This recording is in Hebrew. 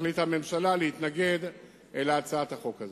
החליטה הממשלה להתנגד להצעת החוק הזו.